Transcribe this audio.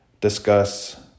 discuss